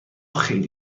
خیلی